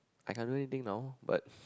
I can't really think now but